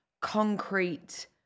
concrete